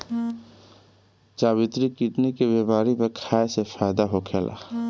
जावित्री किडनी के बेमारी में खाए से फायदा होखेला